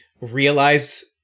realize